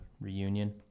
reunion